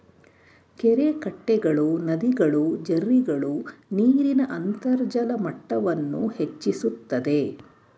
ಕೆರೆಕಟ್ಟೆಗಳು, ನದಿಗಳು, ಜೆರ್ರಿಗಳು ನೀರಿನ ಅಂತರ್ಜಲ ಮಟ್ಟವನ್ನು ಹೆಚ್ಚಿಸುತ್ತದೆ